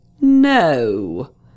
no